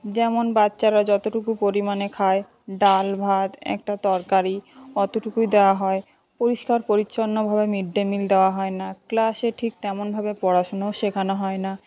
যেমন বাচ্চারা যতটুকু পরিমাণে খায় ডাল ভাত একটা তরকারি অতোটুকুই দেওয়া হয় পরিষ্কার পরিচ্ছন্নভাবে মিড ডে মিল দেওয়া হয় না ক্লাসে ঠিক তেমনভাবে পড়াশোনাও শেখানো হয় না